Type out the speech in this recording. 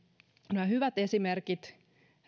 nämä hyvät esimerkit